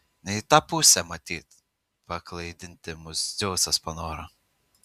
ne į tą pusę matyt paklaidinti mus dzeusas panoro